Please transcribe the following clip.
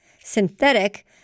Synthetic